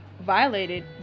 violated